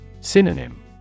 Synonym